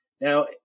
Now